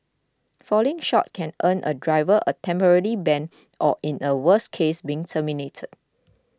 falling short can earn a driver a temporary ban or in a worse case being terminated